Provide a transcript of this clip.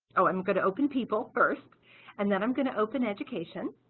oh i'm going to open people first and then i'm going to open education